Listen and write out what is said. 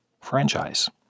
franchise